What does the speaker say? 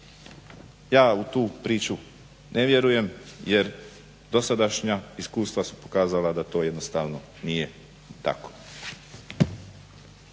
Ja u tu priču ne vjerujem jer dosadašnja iskustva su pokazala da to jednostavno nije tako.